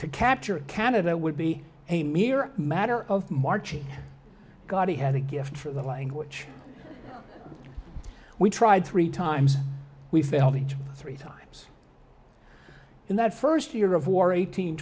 to capture canada would be a mere matter of marching god he had a gift for the language we tried three times we failed each three times in that first year of war eight